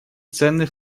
ценный